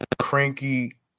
cranky